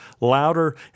louder